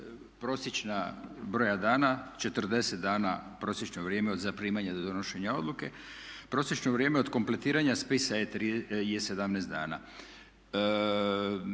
prosječna broja dana, 40 dana je prosječno vrijeme od zaprimanja do donošenja odluke. Prosječno vrijeme od kompletiranja spisa je 17 dana.